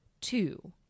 two